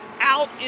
out